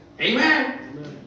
Amen